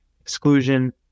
exclusion